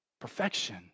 perfection